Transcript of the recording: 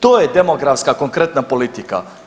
To je demografska konkretna politika.